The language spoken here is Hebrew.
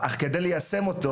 אך כדי ליישם אותו